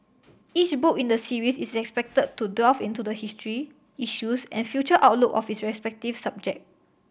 each book in the series is expected to delve into the history issues and future outlook of its respective subject